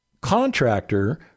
contractor